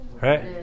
right